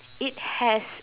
it has